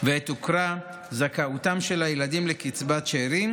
ובעת שהוכרה זכאותם של הילדים לקצבת שאירים